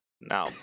Now